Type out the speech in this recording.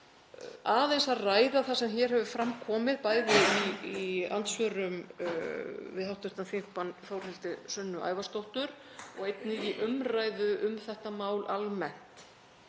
aðeins að ræða það sem hér hefur fram komið, bæði í andsvörum við hv. þm. Þórhildi Sunnu Ævarsdóttur og einnig í umræðu um þetta mál almennt.